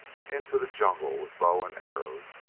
went into the jungle with bow and arrows,